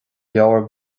leabhar